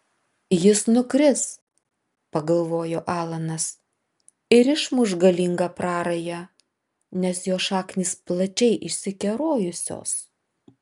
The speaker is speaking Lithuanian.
jis nukris pagalvojo alanas ir išmuš galingą prarają nes jo šaknys plačiai išsikerojusios